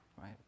right